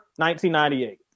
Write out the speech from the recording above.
1998